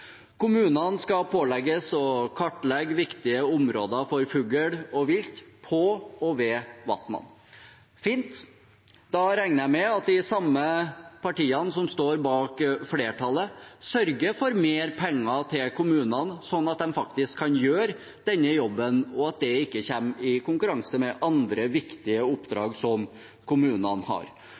Kommunene skal pålegges å kartlegge viktige områder for fugl og vilt på og ved vannene. Fint, da regner jeg med at de samme partiene som står bak flertallet, sørger for mer penger til kommunene så de faktisk kan gjøre den jobben, at det ikke kommer i konkurranse med andre viktige oppdrag som kommunene har,